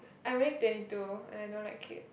I'm already twenty two and I don't like kid